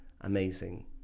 Amazing